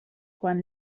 quan